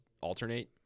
alternate